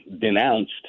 denounced